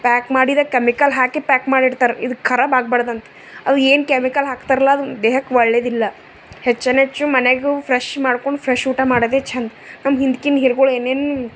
pack ಮಾಡಿದ chemical ಹಾಕಿ pack ಮಾಡಿರ್ತಾರ್ ಇದು ಖರಾಬ್ ಆಗ್ಬಾರ್ದಂತ ಅದು ಏನು ಕೆಮಿಕಲ್ ಹಾಕ್ತಾರಲ್ಲ ಅದು ದೇಹಕ್ಕೆ ಒಳ್ಳೆದಿಲ್ಲ ಹೆಚ್ಚನೆಚ್ಚು ಮನೆಗೂ ಫ್ರೆಶ್ ಮಾಡ್ಕೊಂಡು ಫ್ರೆಶ್ ಊಟ ಮಾಡೋದೆ ಛಂದ್ ನಮ್ಮ ಹಿಂದ್ಕಿನ ಹಿರೀಗಳು ಏನೇನು